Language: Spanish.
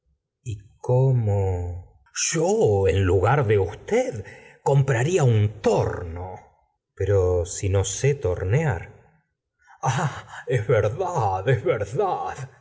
j cómo yo en lugar de usted compraría un torno pero si no sé tornear es verdad es verdad